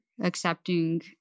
Accepting